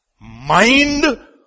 Mind